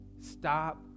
Stop